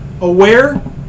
Aware